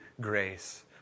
grace